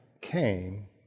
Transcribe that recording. came